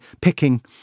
picking